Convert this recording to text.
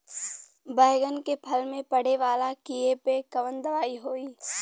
बैगन के फल में पड़े वाला कियेपे कवन दवाई होई?